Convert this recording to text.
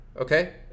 okay